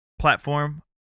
platform